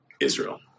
Israel